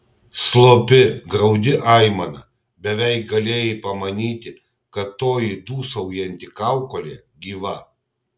slopi graudi aimana beveik galėjai pamanyti kad toji dūsaujanti kaukolė gyva